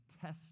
test